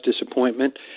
disappointment